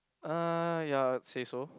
uh ya I would say so